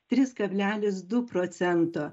tris kablelis du procento